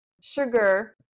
sugar